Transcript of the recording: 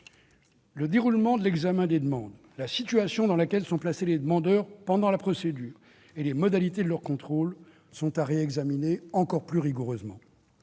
Le déroulement de l'examen des demandes, la situation dans laquelle sont placés les demandeurs pendant la procédure et les modalités de leur contrôle sont à réexaminer encore plus rigoureusement.